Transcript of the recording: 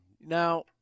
Now